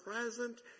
present